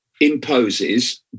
imposes